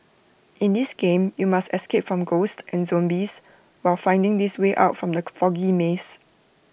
in this game you must escape from ghost and zombies while finding the way out from the foggy maze